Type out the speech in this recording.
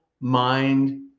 mind